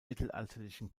mittelalterlichen